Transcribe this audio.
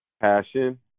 passion